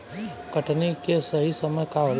कटनी के सही समय का होला?